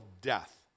death